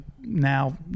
now